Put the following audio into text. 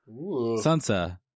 Sansa